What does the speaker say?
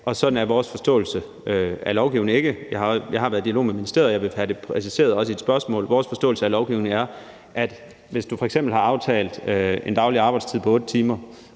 dag. Sådan er vores forståelse af lovgivningen ikke. Jeg har været i dialog med ministeriet, og i forhold til dit spørgsmål vil jeg præcisere, at vores forståelse af lovgivningen er, at hvis du f.eks. har aftalt en daglig arbejdstid på 8 timer